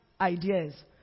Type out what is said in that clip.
ideas